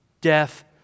Death